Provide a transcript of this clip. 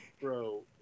Bro